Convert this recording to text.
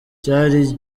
cyari